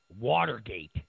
Watergate